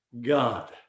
God